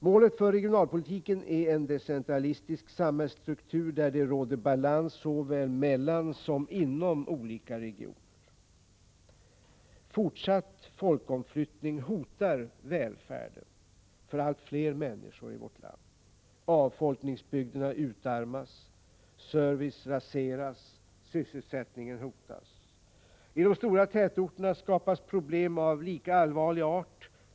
Målet för regionalpolitiken är en decentralistisk samhällsstruktur, där det råder balans såväl mellan som inom olika regioner. Fortsatt folkomflyttning hotar välfärden för allt fler människor i vårt land. Avfolkningsbygderna utarmas, servicen raseras och sysselsättningen hotas. I de stora tätorterna skapas problem av lika allvarlig art.